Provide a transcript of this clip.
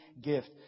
gift